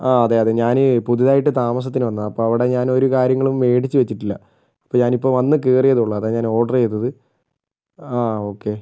ആ അതെ അതെ ഞാന് പുതുതായിട്ട് താമസത്തിന് വന്നതാണ് അപ്പം അവിടെ ഞാൻ ഒര് കാര്യങ്ങളും മേടിച്ച് വെച്ചിട്ടില്ല അപ്പം ഞാൻ ഇപ്പോൾ വന്ന് കയറിയതേ ഉള്ളു അതാ ഞാൻ ഓർഡറെയ്തത് ആ ഓക്കെ